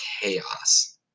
chaos